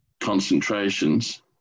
concentrations